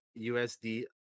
USD